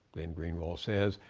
glenn greenwald says,